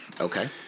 Okay